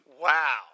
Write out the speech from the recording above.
Wow